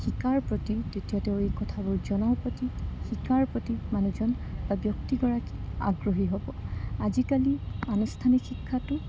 শিকাৰ প্ৰতি তেতিয়া তেওঁ এই কথাবোৰ জনাৰ প্ৰতি শিকাৰ প্ৰতি মানুহজন বা ব্যক্তিগৰাকী আগ্ৰহী হ'ব আজিকালি আনুষ্ঠানিক শিক্ষাটো